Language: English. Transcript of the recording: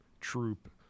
troop